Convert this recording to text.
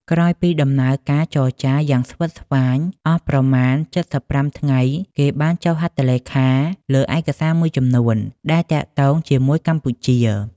ក្រោយពីដំណើរការចរចាយ៉ាងស្វិតស្វាញអស់ប្រមាណ៧៥ថ្ងៃ គេបានចុះហត្ថលេខា លើឯកសារមួយចំនួនដែលទាក់ទងជាមួយកម្ពុជា។